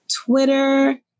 Twitter